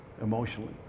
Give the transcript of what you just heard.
emotionally